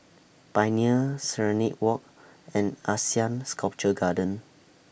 Pioneer Serenade Walk and Asean Sculpture Garden